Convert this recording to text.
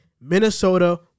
Minnesota